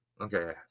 Okay